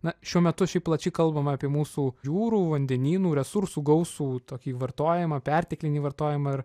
na šiuo metu šiaip plačiai kalbama apie mūsų jūrų vandenynų resursų gausų tokį vartojimą perteklinį vartojimą ir